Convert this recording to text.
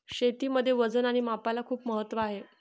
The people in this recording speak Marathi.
शेतीमध्ये वजन आणि मापाला खूप महत्त्व आहे